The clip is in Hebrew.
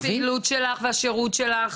בעצם הפעילות שלך והשירות שלך